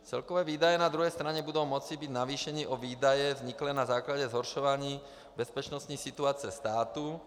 Celkové výdaje na druhé straně budou moci být navýšeny o výdaje vzniklé na základě zhoršování bezpečnostní situace státu.